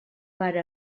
per